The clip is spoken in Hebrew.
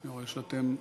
אני רוצה שאתם ממהרים,